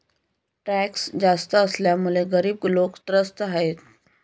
tax जास्त असल्यामुळे गरीब लोकं त्रस्त आहेत